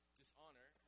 dishonor